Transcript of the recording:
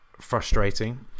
Frustrating